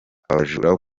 abajura